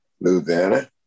Louisiana